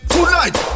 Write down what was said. Tonight